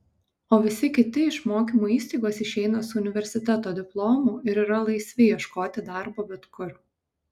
o visi kiti iš mokymo įstaigos išeina su universiteto diplomu ir yra laisvi ieškoti darbo bet kur